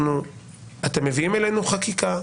אתם מביאים אלינו חקיקה,